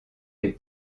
les